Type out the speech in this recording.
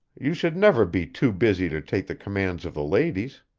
you should never be too busy to take the commands of the ladies.